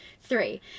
Three